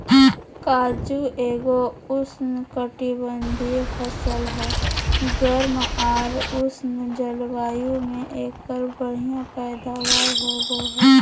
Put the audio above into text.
काजू एगो उष्णकटिबंधीय फसल हय, गर्म आर उष्ण जलवायु मे एकर बढ़िया पैदावार होबो हय